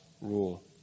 rule